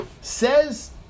says